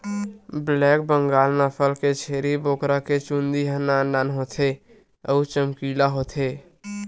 black Bengal नसल के छेरी बोकरा के चूंदी ह नान नान होथे अउ चमकीला होथे